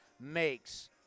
makes